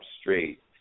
straight